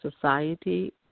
society